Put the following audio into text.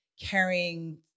carrying